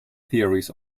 theories